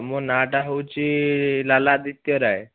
ମୋ ନାଁଟା ହେଉଛି ଲାଲା ଆଦିତ୍ୟ ରାଏ